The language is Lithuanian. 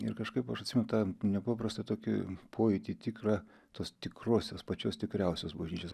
ir kažkaip aš atsimenu tą nepaprastą tokį pojūtį tikrą tos tikrosios pačios tikriausios bažnyčios